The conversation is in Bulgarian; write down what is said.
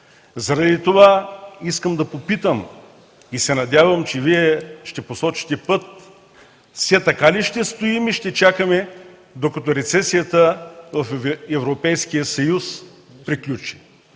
Заради това искам да попитам, и се надявам, че Вие ще посочите път: все така ли ще стоим и ще чакаме, докато рецесията в Европейския съюз приключи?